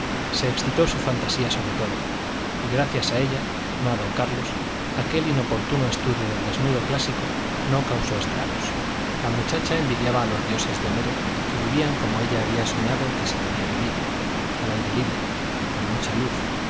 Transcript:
se excitó su fantasía sobre todo y gracias a ella no a don carlos aquel inoportuno estudio del desnudo clásico no causó estragos la muchacha envidiaba a los dioses de homero que vivían como ella había soñado que se debía vivir al aire libre con mucha luz